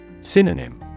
Synonym